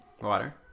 water